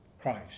Christ